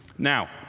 Now